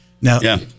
Now